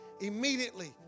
immediately